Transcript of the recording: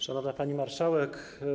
Szanowna Pani Marszałek!